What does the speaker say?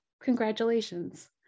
congratulations